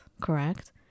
correct